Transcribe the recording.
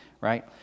right